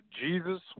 Jesus